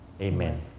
amen